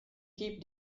keep